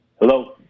Hello